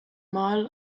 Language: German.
mal